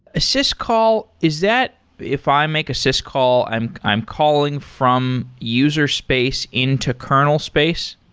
syscall, is that if i make a syscall, i'm i'm calling from user space into kernel space?